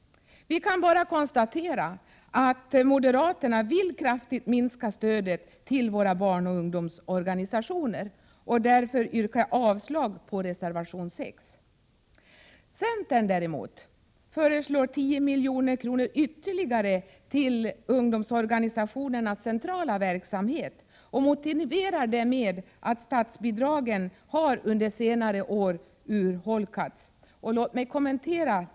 Vi kan bara konstatera att moderaterna vill minska stödet kraftigt. Jag yrkar avslag på reservation 6. Centern däremot föreslår ytterligare 10 milj.kr. till ungdomsorganisationernas centrala verksamhet och motiverar det med att statsbidragen under senare år har urholkats.